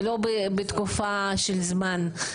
ולא לפי תקופה של זמן.